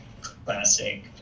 classic